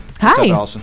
Hi